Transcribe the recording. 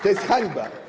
To jest hańba!